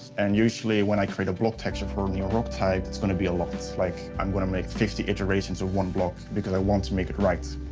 and usually when i create a block texture for a new rock type, it's going to be a lot. like, i'm going to make fifty iterations of one block because i want to make it right.